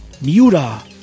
Miura